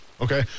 Okay